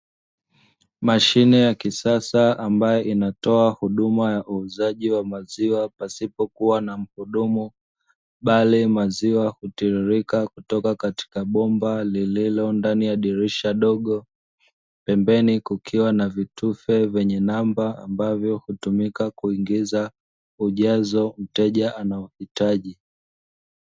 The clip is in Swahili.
Mashine ya kisasa ambayo inatoa huduma ya uuzaji wa maziwa pasipokuwa na mhudumu, bali maziwa hutiririka kutoka katika bomba lililo ndani ya dirisha dogo, pembeni kukiwa na vitufe vyenye namba ambavyo hutumika kuingiza ujazo mteja anaohitaji.